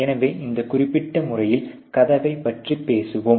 எனவே இந்த குறிப்பிட்ட முறையில் கதவைப் பற்றி பேசுவோம்